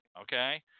okay